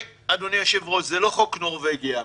אדוני היושב-ראש, זה לא חוק נורווגי אמיתי,